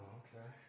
okay